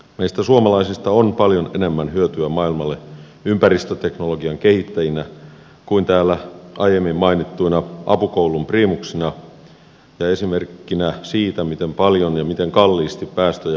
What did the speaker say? meistä suomalaisista on paljon enemmän hyötyä maailmalle ympäristöteknologian kehittäjinä kuin täällä aiemmin mainittuina apukoulun priimuksina ja esimerkkinä siitä miten paljon ja miten kalliisti päästöjä voidaan vähentää